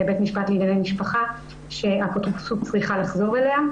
בית משפט לענייני משפחה שהאפוטרופסות צריכה לחזור אליה?